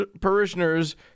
parishioners